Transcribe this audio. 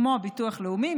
כמו הביטוח הלאומי,